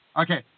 Okay